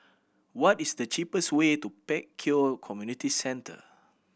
what is the cheapest way to Pek Kio Community Centre